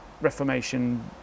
Reformation